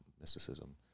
mysticism